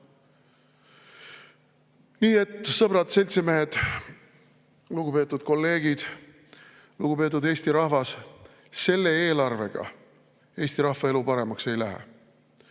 et, sõbrad-seltsimehed! Lugupeetud kolleegid! Lugupeetud Eesti rahvas! Selle eelarvega Eesti rahva elu paremaks ei lähe.